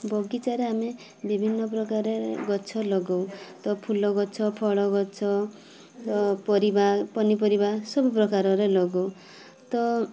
ବଗିଚାରେ ଆମେ ବିଭିନ୍ନ ପ୍ରକାରରେ ଗଛ ଲଗାଉ ତ ଫୁଲଗଛ ଫଳଗଛ ପରିବା ପନିପରିବା ସବୁ ପ୍ରକାରରେ ଲଗାଉ ତ